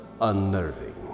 unnerving